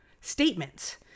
statements